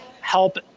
help